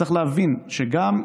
צריך להבין שגם,